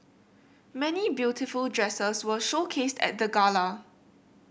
many beautiful dresses were showcased at the gala